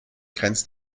grenzt